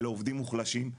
אלה עובדים מוחלשים,